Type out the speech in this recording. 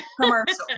commercial